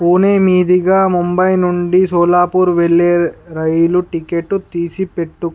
పూణే మీదిగా ముంబై నుండి సోలాపూర్ వెళ్ళే రైలు టికెట్టు తీసిపెట్టు